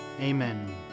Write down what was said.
Amen